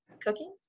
cooking